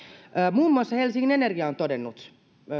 muun muassa helsingin energia on todennut